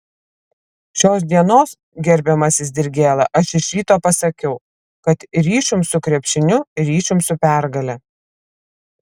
šios dienos gerbiamasis dirgėla aš iš ryto pasakiau kad ryšium su krepšiniu ryšium su pergale